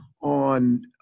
on